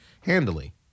handily